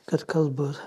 kad kalbu